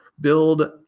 build